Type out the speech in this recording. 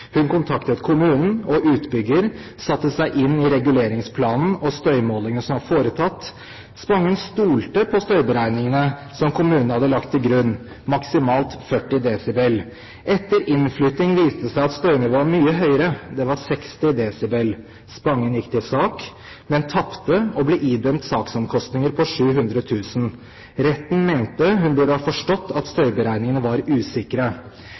Hun kontaktet kommunen og utbygger, satte seg inn i reguleringsplanen og støymålingene som var foretatt. Spangen stolte på støyberegningene som kommunen hadde lagt til grunn – maksimalt 40 desibel. Etter innflytting viste det seg at støynivået var mye høyere – det var 60 desibel. Spangen gikk til sak, men tapte og ble idømt saksomkostninger på 700 000 kr. Retten mente hun burde ha forstått at støyberegningene var usikre.